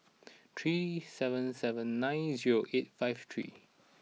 three seven seven nine zero eight five three